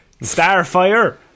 Starfire